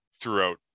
throughout